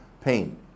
pain